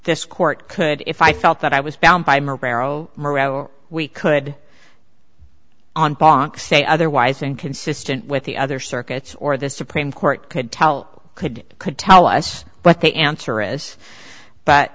this court could if i felt that i was bound by morocco we could on bonk say otherwise inconsistent with the other circuits or the supreme court could tell could could tell us what the answer is but